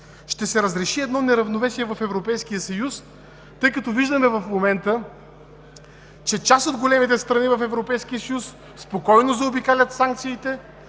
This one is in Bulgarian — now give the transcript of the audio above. Ще се разреши едно неравновесие в Европейския съюз, тъй като виждаме в момента, че част от големите страни там спокойно заобикалят санкциите,